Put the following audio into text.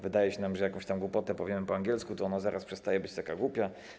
Wydaje nam się, że jak jakąś głupotę powiemy po angielsku, to ona zaraz przestaje być taka głupia.